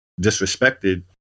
disrespected